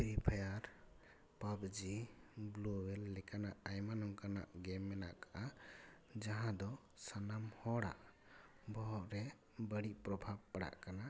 free fire PUBG blue ᱞᱮᱠᱟᱱᱟᱜ ᱟᱭᱢᱟ ᱱᱚᱠᱟᱱᱟᱜ ᱜᱮᱢ ᱢᱮᱱᱟᱜ ᱟᱠᱟᱜᱼᱟ ᱡᱟᱦᱟᱸ ᱫᱚ ᱥᱟᱱᱟᱢ ᱦᱚᱲᱟᱜ ᱵᱚᱦᱚᱜ ᱨᱮ ᱵᱟᱹᱲᱤᱡ ᱯᱚᱨᱵᱦᱟᱵ ᱯᱟᱲᱟᱜ ᱠᱟᱱᱟ